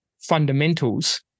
fundamentals